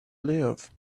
live